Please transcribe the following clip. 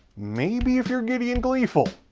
maybe if you're gideon gleeful,